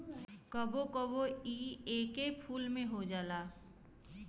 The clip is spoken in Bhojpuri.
कबो कबो इ एके फूल में हो जाला